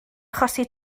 achosi